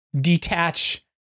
detach